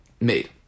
made